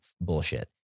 bullshit